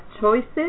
choices